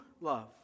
love